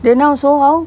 then now so how